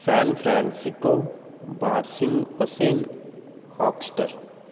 San Francisco బార్సింగ్ అసేన్ హాక్స్టర్